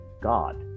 God